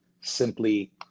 simply